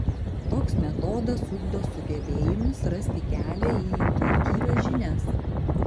toks metodas ugdo sugebėjimus rasti kelią į intuityvias žinias